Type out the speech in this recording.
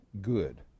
good